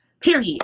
Period